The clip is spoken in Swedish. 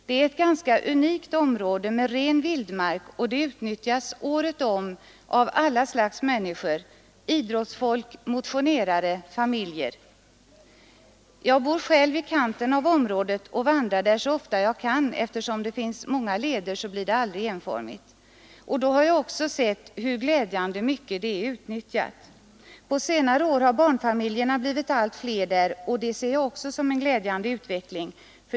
Det är ett i det närmaste unikt område med ren vildmark, och det utnyttjas året om av alla slags människor, idrottsfolk, motionerare, familjer. Själv bor jag i kanten av området och vandrar där så ofta jag kan. Eftersom det finns många leder blir det aldrig enformigt. Då har jag också sett hur glädjande mycket det är utnyttjat. På senare år har barnfamiljerna blivit allt fler, och det ser jag också som en glädjande utveckling.